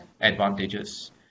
advantages